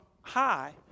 high